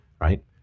right